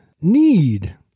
need